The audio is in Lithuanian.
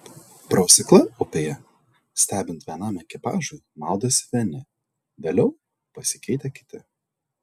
prausykla upėje stebint vienam ekipažui maudosi vieni vėliau pasikeitę kiti